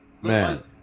Man